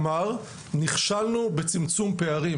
אמר שנכשלנו בצמצום פערים,